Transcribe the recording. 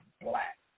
black